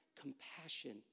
Compassion